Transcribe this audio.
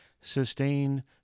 sustain